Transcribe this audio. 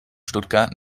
stuttgart